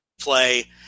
play